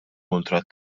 kuntratt